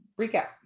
recap